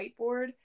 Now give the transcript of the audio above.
whiteboard